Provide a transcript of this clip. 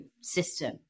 system